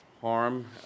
harm